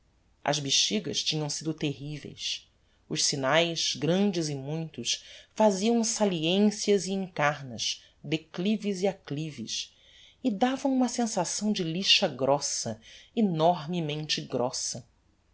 as bexigas tinham sido terriveis os signaes grandes e muitos faziam saliencias e encarnas declives e acclives e davam uma sensação de lixa grossa enormemente grossa